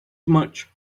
much